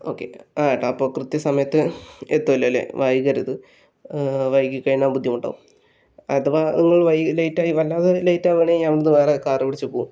okay ആ ചേട്ടാ അപ്പോൾ കൃത്യസമയത് എത്തുമല്ലോ അല്ലെ വൈകരുത് വൈകി കഴിഞ്ഞാൽ ബുദ്ധിമുട്ടാകും അഥവാ നിങ്ങൾ വൈകി ലേറ്റായാൽ വല്ലാതെ ലേറ്റ് ആകുകയാണേൽ വേറെ കാർ പിടിച്ച് പോകും